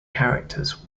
characters